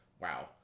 wow